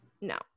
no